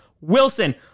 Wilson